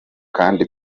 kandi